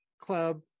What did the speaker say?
club